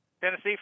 Tennessee